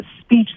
speech